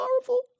powerful